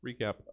recap